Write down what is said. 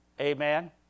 Amen